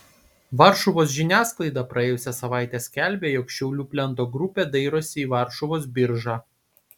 varšuvos žiniasklaida praėjusią savaitę skelbė jog šiaulių plento grupė dairosi į varšuvos biržą